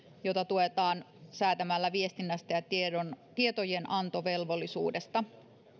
jota tuetaan säätämällä viestinnästä ja tietojenantovelvollisuudesta